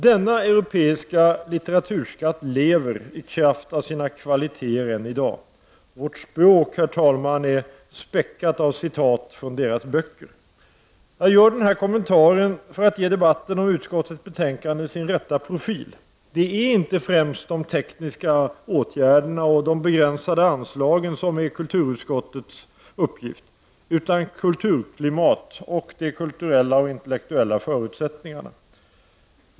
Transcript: Denna europeiska litteraturskatt lever, i kraft av sina kvaliteter, än i dag. Vårt språk, herr talman, är späckat av citat från dessa författares böcker. Jag gör den här kommentaren för att ge debatten om utskottets betänkande sin rätta profil. Det är inte främst de tekniska åtgärderna och de begränsade anslagen som är kulturutskottets uppgift, utan kulturklimatet och de kulturella och intellektuella förutsättningarna.